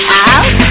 out